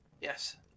Yes